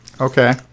Okay